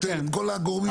את כל הגורמים.